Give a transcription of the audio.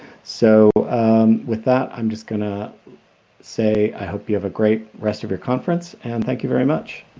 so with that, i'm going to say i hope you have a great rest of your conference, and thank you very much.